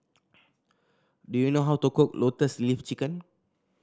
do you know how to cook Lotus Leaf Chicken